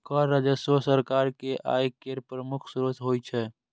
कर राजस्व सरकार के आय केर प्रमुख स्रोत होइ छै